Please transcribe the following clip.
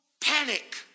panic